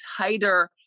tighter